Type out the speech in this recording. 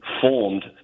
formed